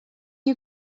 you